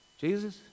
Jesus